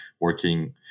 working